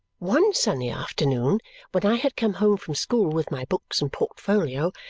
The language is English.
one sunny afternoon when i had come home from school with my books and portfolio,